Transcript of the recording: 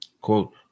Quote